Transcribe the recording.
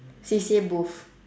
C_C_A booth